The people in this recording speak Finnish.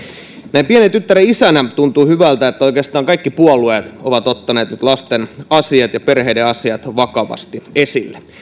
näin pienen tyttären isänä tuntuu hyvältä että oikeastaan kaikki puolueet ovat ottaneet nyt lasten asiat ja perheiden asiat vakavasti esille